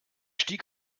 stieg